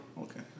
okay